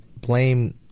blame